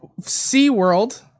SeaWorld